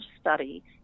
study